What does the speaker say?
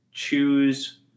choose